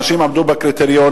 אנשים עמדו בקריטריונים,